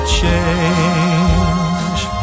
change